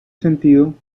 sentido